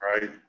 right